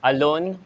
Alone